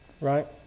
Right